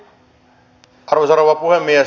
arvoisa rouva puhemies